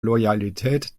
loyalität